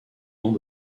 ans